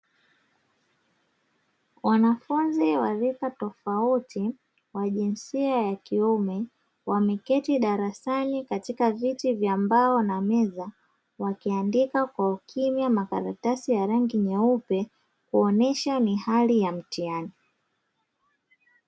Wanafunzi wa rika tofauti wa jinsia ya kiume wameketi darasani katika viti vya mbao na meza, wakiandika kwa ukimya makaratasi ya rangi nyeupe huonesha ni hali ya mtihani.